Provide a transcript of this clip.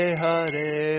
Hare